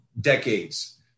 decades